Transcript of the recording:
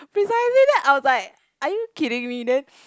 precisely that I was like are you kidding me then